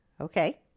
Okay